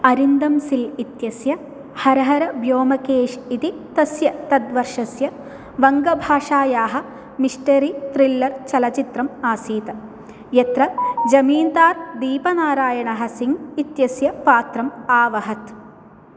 अरिन्दम् सिल् इत्यस्य हर हर ब्योम्केश् इति तस्य तद्वर्षस्य वङ्गभाषायाः मिस्टरी त्रिल्लर् चलच्चित्रम् आसीत् यत्र जमीन्दार् दीपनारायणः सिङ्ग् इत्यस्य पात्रम् आवहत्